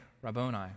Rabboni